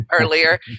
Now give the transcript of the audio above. earlier